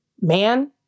man